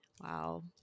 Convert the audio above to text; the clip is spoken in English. Wow